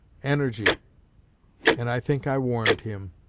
energy and i think i warmed him.